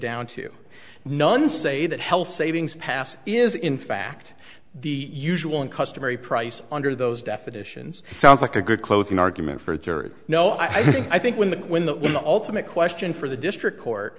down to no one say that health savings past is in fact the usual and customary price under those definitions it sounds like a good closing argument for there is no i think i think when the when the ultimate question for the district court